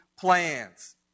plans